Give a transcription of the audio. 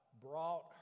brought